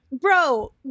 Bro